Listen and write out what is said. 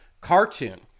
cartoon